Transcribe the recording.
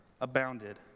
abounded